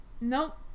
Nope